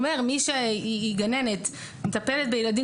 הוא אומר שמי שהיא גננת מטפלת בילדים